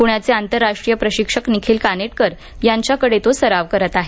पुण्याचे आंतरराष्ट्रीय प्रशिक्षक निखिल कानेटकर यांच्याकडे तो सराव करत आहे